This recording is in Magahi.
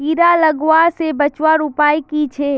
कीड़ा लगवा से बचवार उपाय की छे?